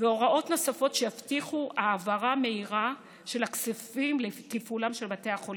והוראות נוספות שיבטיחו העברה מהירה של הכספים לתפעולם של בתי החולים.